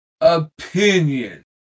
opinion